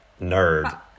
nerd